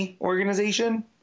organization